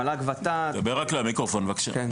המל"ג ות"ת ועד ראשי האוניברסיטאות,